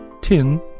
tin